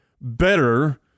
better